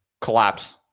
collapse